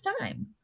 time